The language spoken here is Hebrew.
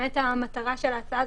מטרת הצעת